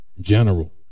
general